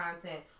content